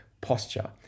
posture